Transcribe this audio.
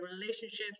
relationships